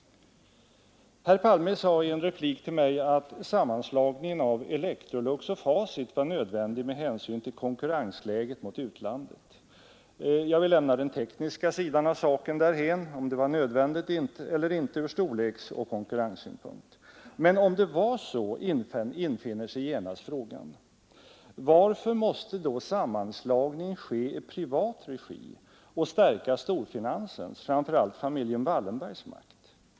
Herr Palme sade i en replik till mig att sammanslagningen av Electrolux och Facit var nödvändig med hänsyn till konkurrensläget gentemot utlandet. Jag vill lämna den tekniska sidan av saken därhän — om det var nödvändigt eller inte ur storleksoch konkurrenssynpunkt — men om det var så infinner sig genast frågan: Varför måste sammanslagningen ske i privat regi och stärka storfinansens, framför allt familjen Wallenbergs, makt?